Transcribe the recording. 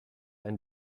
ein